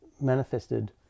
manifested